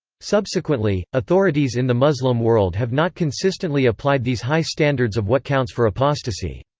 subsequently, authorities in the muslim world have not consistently applied these high standards of what counts for apostasy.